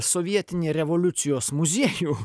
sovietinį revoliucijos muziejų